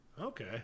Okay